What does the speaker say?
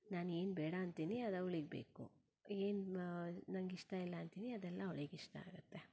ನಾನು ಏನು ಬೇಡ ಅಂತೀನಿ ಅದು ಅವ್ಳಿಗೆ ಬೇಕು ಏನು ನನಗಿಷ್ಟ ಇಲ್ಲ ಅಂತೀನಿ ಅದೆಲ್ಲ ಅವ್ಳಿಗೆ ಇಷ್ಟ ಆಗುತ್ತೆ